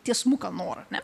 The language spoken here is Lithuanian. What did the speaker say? tiesmuką norą ar ne